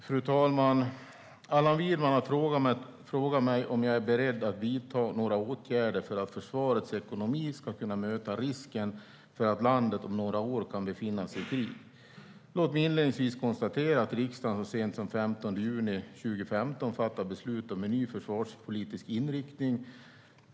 Fru talman! Allan Widman har frågat mig om jag är beredd att vidta några åtgärder för att försvarets ekonomi ska kunna möta risken för att landet om några år kan befinna sig i krig. Låt mig inledningsvis konstatera att riksdagen så sent som den 15 juni 2015 fattade beslut om en ny försvarspolitisk inriktning.